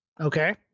Okay